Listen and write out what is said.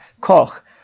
Koch